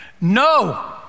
No